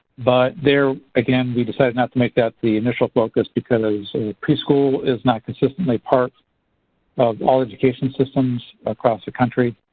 but there again we decided not to make that the initial focus because preschool is not consistently part of all education systems across the country.